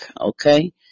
Okay